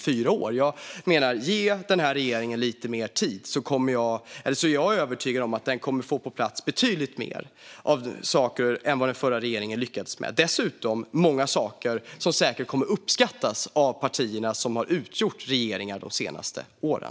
Om vi ger regeringen lite mer tid är jag övertygad om att den kommer att få betydligt fler saker på plats än vad den förra regeringen lyckades med - dessutom många saker som säkert kommer att uppskattas av de partier som har suttit i regeringen de senaste åren.